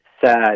sad